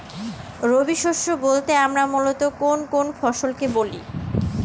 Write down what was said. রবি শস্য বলতে আমরা মূলত কোন কোন ফসল কে বলি?